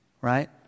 Right